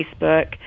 Facebook